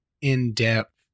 in-depth